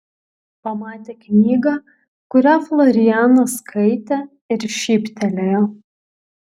pamatė knygą kurią florianas skaitė ir šyptelėjo